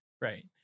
right